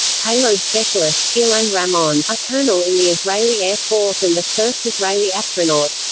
payload specialist ilan ramon, a colonel in the israeli air force and the first israeli astronaut